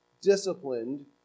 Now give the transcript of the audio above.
disciplined